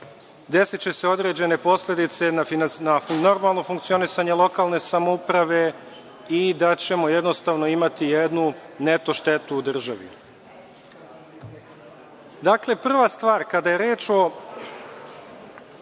desiće se određene posledice na normalno funkcionisanje lokalne samouprave i da ćemo jednostavno imati jednu neto štetu u državi. Prva stvar, kada je reč o